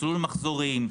מסלול מחזורים.